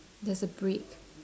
there's a brick